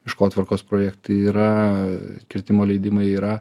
miškotvarkos projektai yra kirtimo leidimai yra